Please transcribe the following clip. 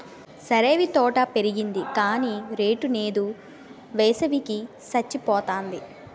సరేవీ తోట పెరిగింది గాని రేటు నేదు, వేసవి కి సచ్చిపోతాంది